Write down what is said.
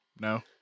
No